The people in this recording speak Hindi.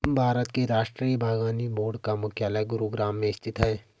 भारत के राष्ट्रीय बागवानी बोर्ड का मुख्यालय गुरुग्राम में स्थित है